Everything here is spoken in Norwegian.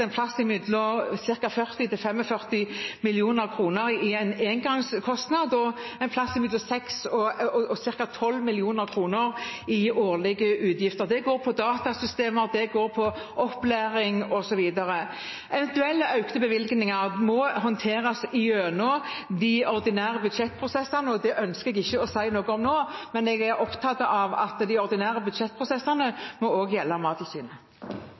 i engangskostnad og 6–12 mill. kr i årlige utgifter. Det går på datasystemer, opplæring osv. Eventuelle økte bevilgninger må håndteres gjennom de ordinære budsjettprosessene. Dem ønsker jeg ikke å si noe om nå, men jeg er opptatt av at de ordinære budsjettprosessene også må gjelde